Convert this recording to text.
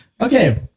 Okay